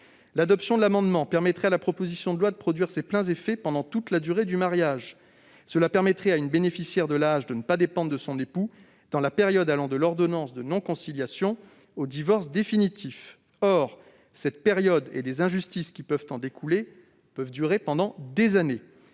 L'adoption de l'amendement n° 4 permettrait à la proposition de loi de produire ses pleins effets pendant toute la durée du mariage. Cela permettrait à une bénéficiaire de l'AAH de ne pas dépendre de son époux dans la période allant de l'ordonnance de non-conciliation au divorce définitif, alors que cette période et les injustices qui peuvent en découler peuvent durer des années.